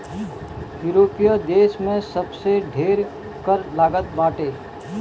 यूरोपीय देस में सबसे ढेर कर लागत बाटे